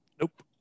Nope